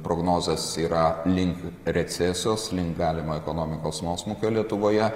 prognozės yra link recesijos link galimo ekonomikos nuosmukio lietuvoje